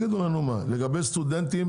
לגבי סטודנטים